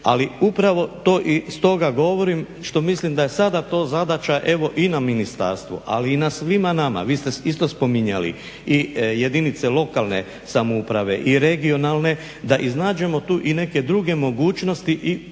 Ali upravo to i stoga govorim što mislim da je to sada zadaća i na ministarstvu ali i na svima nama. Vi ste isto spominjali i jedinice lokalne samouprave i regionalne da iznađemo tu i neke druge mogućnosti i kroz te